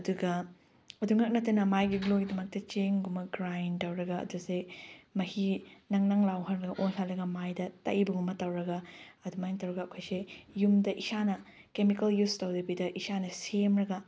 ꯑꯗꯨꯒ ꯑꯗꯨꯈꯛ ꯅꯠꯇꯅ ꯃꯥꯏꯒꯤ ꯒ꯭ꯂꯣꯒꯤꯗꯃꯛꯇ ꯆꯦꯡꯒꯨꯝꯕ ꯒ꯭ꯔꯥꯏꯟ ꯇꯧꯔꯒ ꯑꯗꯨꯁꯨ ꯃꯍꯤ ꯅꯪꯅꯪ ꯂꯥꯎꯍꯜꯂꯒ ꯑꯣꯜꯍꯜꯂꯒ ꯃꯥꯏꯗ ꯇꯩꯕꯒꯨꯝꯕ ꯇꯧꯔꯒ ꯑꯗꯨꯃꯥꯏꯅ ꯇꯧꯔꯒ ꯑꯩꯈꯣꯏꯁꯦ ꯌꯨꯝꯗ ꯏꯁꯥꯅ ꯀꯦꯃꯤꯀꯦꯜ ꯌꯨꯁ ꯇꯧꯗꯕꯤꯗ ꯏꯁꯥꯅ ꯁꯦꯝꯃꯒ